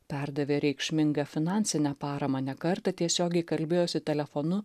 perdavė reikšmingą finansinę paramą ne kartą tiesiogiai kalbėjosi telefonu